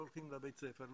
לא הולכים לבית הספר,